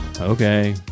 Okay